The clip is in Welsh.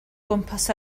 gwmpas